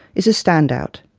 is a standout.